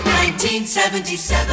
1977